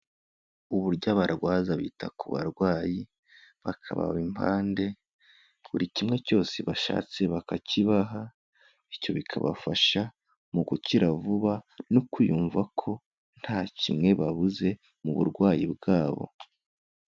Uburyo abarwaza bita ku barwayi, bakababa impande buri kimwe cyose bashatse bakakibaha bityo bikabafasha mu gukira vuba no kwiyumva ko nta kimwe babuze mu burwayi bwabo.